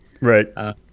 Right